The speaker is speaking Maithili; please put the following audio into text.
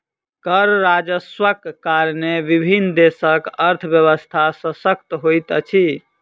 कर राजस्वक कारणेँ विभिन्न देशक अर्थव्यवस्था शशक्त होइत अछि